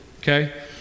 okay